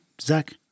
Zach